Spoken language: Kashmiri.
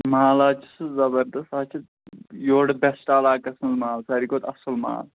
مال حظ چھُ سُہ زبردَس سُہ حظ چھِ یورٕ بٮ۪سٹ علاقَس منٛز مال ساروی کھۄتہٕ اَصٕل مال